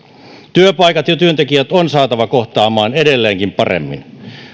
työpaikat ja työntekijät on saatava kohtaamaan edelleenkin paremmin